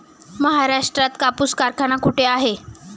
महाराष्ट्रात कापूस कारखाना कुठे आहे?